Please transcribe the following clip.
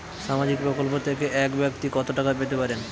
সামাজিক প্রকল্প থেকে এক ব্যাক্তি কত টাকা পেতে পারেন?